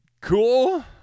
cool